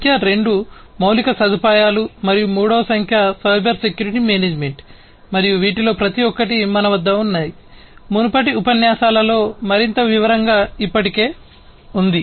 సంఖ్య 2 మౌలిక సదుపాయాలు మరియు మూడవ సంఖ్య సైబర్ సెక్యూరిటీ మేనేజ్మెంట్ మరియు వీటిలో ప్రతి ఒక్కటి మన వద్ద ఉన్నాయి మునుపటి ఉపన్యాసాలలో మరింత వివరంగా ఇప్పటికే ఉంది